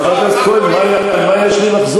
חבר הכנסת כהן, מה, על מה יש לי לחזור?